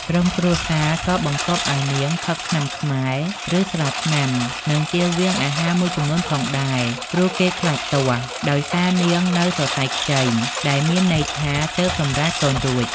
ក្រុមគ្រួសារក៏បង្គាប់ឱ្យនាងផឹកថ្នាំខ្មែរ ឬ ស្រាថ្នាំ និងជៀសវាងអាហារមួយចំនួនផងដែរ ព្រោះគេខ្លាចទាស់ ដោយសារនាងនៅសរសៃខ្ចី ដែលមានន័យថា ទើបសម្រាលកូនរួច។